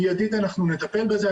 מיידית אנחנו נטפל בזה,